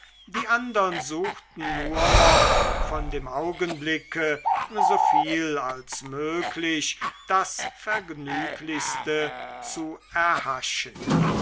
die andern suchten nur noch von dem augenblicke soviel als möglich das vergnüglichste zu erhaschen